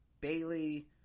Bailey